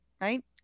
right